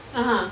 (uh huh)